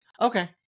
Okay